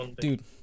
Dude